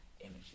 images